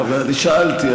אני שאלתי.